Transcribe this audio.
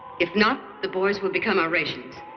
if not, the boys will become our rations.